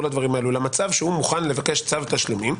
למצב שהוא מוכן לבקש צו תשלומים,